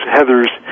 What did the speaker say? Heather's